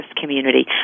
Community